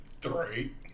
three